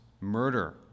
murder